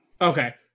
Okay